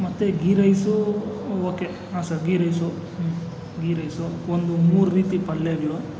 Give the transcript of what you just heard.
ಮತ್ತೆ ghee rice okay ಹಾಂ sir ghee rice ಹ್ಞೂ ಘೀ ರೈಸು ಒಂದು ಮೂರು ರೀತಿ ಪಲ್ಯಗಳು